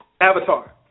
Avatar